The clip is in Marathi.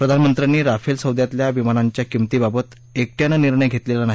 प्रधानमंत्र्यांनी राफेल सौद्यातल्या विमानांच्या किंमतीबाबत एकट्यानं निर्णय घेतलेला नाही